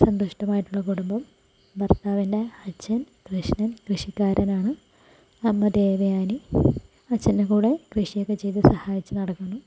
സന്തുഷ്ടമായിട്ടുള്ള കുടുംബം ഭർത്താവിൻറെ അച്ഛൻ കൃഷ്ണൻ കൃഷിക്കാരനാണ് അമ്മ ദേവയാനി അച്ഛൻറെ കൂടെ കൃഷിയൊക്കെ ചെയ്ത് സഹായിച്ച് നടക്കുന്നു